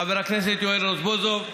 חבר הכנסת יואל רזבוזוב,